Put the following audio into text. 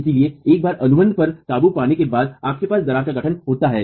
इसलिए एक बार अनुबंध पर काबू पाने के बाद आपके पास दरार का गठन होता है